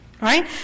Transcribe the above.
Right